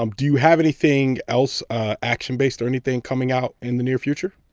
um do you have anything else action based or anything coming out in the near future?